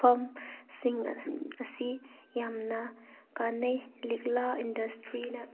farm ꯁꯤꯡ ꯑꯁꯤ ꯌꯥꯝꯅ ꯀꯥꯟꯅꯩ ꯂꯤꯛꯂꯥ ꯏꯟꯗꯁꯇ꯭ꯔꯤꯅ